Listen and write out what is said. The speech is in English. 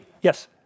Yes